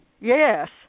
Yes